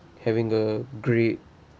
having a great